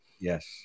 Yes